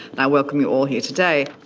and i welcome you all here today.